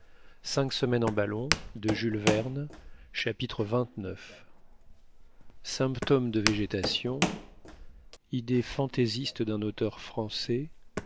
symptômes de végétation idée fantaisiste dun auteur français